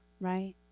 Right